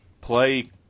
play